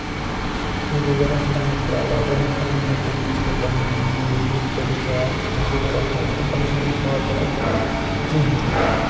مےٚ گوٚو واریاہ ٹایم پرٛاران واریاہ ٹایم گوٚو تَنہٕ یٔژ پھِرِ تۄہہِ مےٚ یہِ بُک کٔرِ یہِ کیب تَنہٕ گوٚو واریاہ ٹایم تَمہِ پَتہٕ ٲسِو نہٕ تُہۍ کال تُلان کِہیٖنۍ